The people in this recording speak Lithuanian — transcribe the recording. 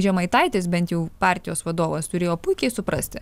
žemaitaitis bent jau partijos vadovas turėjo puikiai suprasti